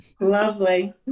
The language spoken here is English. Lovely